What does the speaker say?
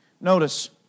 Notice